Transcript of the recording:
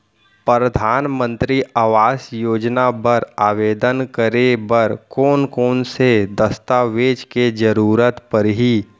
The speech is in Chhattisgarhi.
परधानमंतरी आवास योजना बर आवेदन करे बर कोन कोन से दस्तावेज के जरूरत परही?